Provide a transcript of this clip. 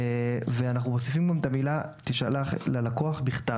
ואנחנו מוסיפים גם את המילה "תישלח ללקוח בכתב".